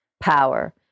power